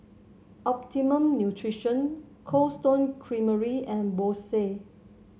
Optimum Nutrition Cold Stone Creamery and Bose